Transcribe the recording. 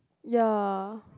ya